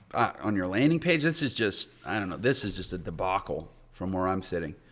on your landing page. this is just, i don't know, this is just a debacle from where i'm sitting.